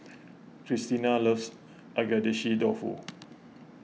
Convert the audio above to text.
Christina loves Agedashi Dofu